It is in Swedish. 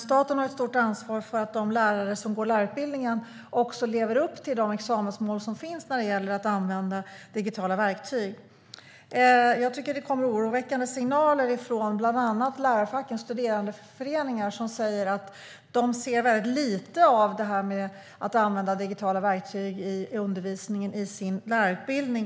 Staten har ett stort ansvar för att de som går lärarutbildningen lever upp till de examensmål som finns när det gäller att använda digitala verktyg. Det kommer oroväckande signaler från bland annat lärarfackens studerandeföreningar, som säger att de ser väldigt lite av detta med digitala verktyg i sin lärarutbildning.